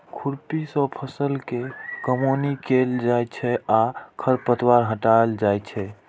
खुरपी सं फसल के कमौनी कैल जाइ छै आ खरपतवार हटाएल जाइ छै